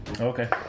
Okay